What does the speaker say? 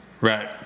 Right